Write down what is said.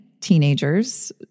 teenagers